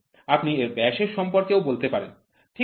আপনি এর ব্যাস এর সম্পর্কেও বলতে পারেন ঠিক আছে